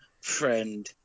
friend